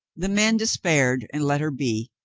the men despaired and let her be,